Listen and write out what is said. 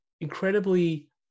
incredibly